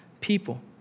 people